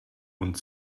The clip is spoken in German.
und